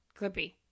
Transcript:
Clippy